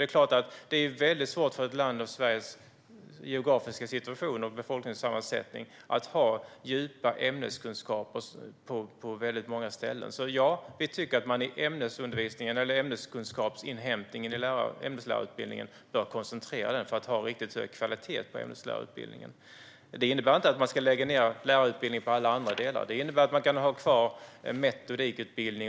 Det är klart att det är väldigt svårt för ett land med Sveriges geografiska situation och befolkningssammansättning att ge djupa ämneskunskaper på väldigt många ställen. Ja, vi tycker att man bör koncentrera ämneskunskapsinhämtningen i ämneslärarutbildningen för att få en riktigt hög kvalitet på ämneslärarutbildningen. Det innebär inte att man ska lägga ned lärarutbildningen i alla andra delar. Det innebär att man kan ha kvar en metodikutbildning.